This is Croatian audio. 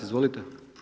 Izvolite.